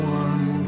one